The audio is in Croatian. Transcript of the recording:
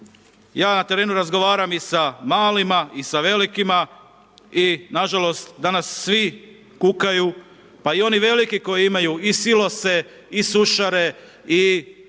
Ja na terenu razgovaram i sa malima i sa velikima i nažalost danas svi kukaju pa i oni veliki koji imaju i silose i sušare i